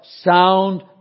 Sound